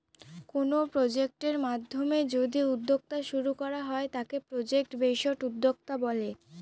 কোনো প্রজেক্টের মাধ্যমে যদি উদ্যোক্তা শুরু করা হয় তাকে প্রজেক্ট বেসড উদ্যোক্তা বলে